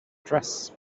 dress